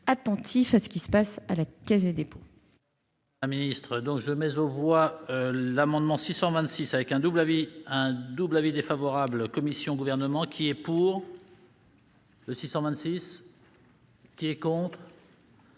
attentifs à ce qui se passe à la Caisse des dépôts